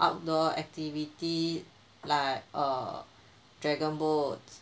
outdoor activity like err dragon boats